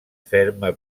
ferma